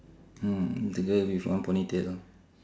mm the girl with one ponytail